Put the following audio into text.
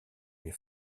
les